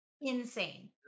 Insane